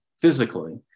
physically